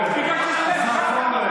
מנסה לפטר?